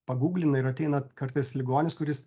pagūglina ir ateina kartais ligonis kuris